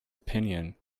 opinion